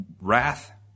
wrath